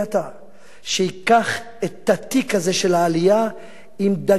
שייקח את התיק הזה של העלייה עם דגש מיוחד